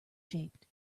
shaped